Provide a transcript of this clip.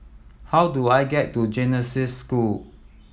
how do I get to Genesis School